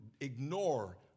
ignore